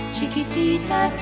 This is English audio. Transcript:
Chiquitita